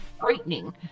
frightening